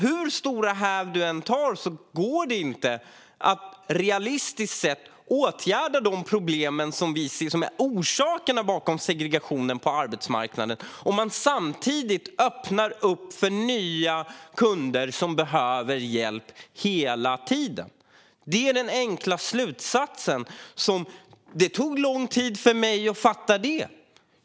Hur stora häv man än tar är det inte realistiskt att åtgärda de problem som är orsakerna bakom segregationen på arbetsmarknaden om man samtidigt öppnar upp för nya kunder som behöver hjälp hela tiden. Det är den enkla slutsatsen. Det tog lång tid för mig att fatta det.